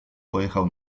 pojechał